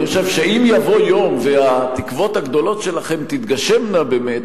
אני חושב שאם יבוא יום והתקוות הגדולות שלכם תתגשמנה באמת,